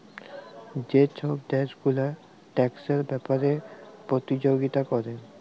যে ছব দ্যাশ গুলা ট্যাক্সের ব্যাপারে পতিযগিতা ক্যরে